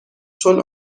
چون